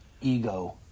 ego